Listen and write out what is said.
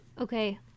Okay